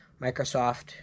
Microsoft